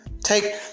Take